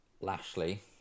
Lashley